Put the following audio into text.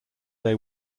they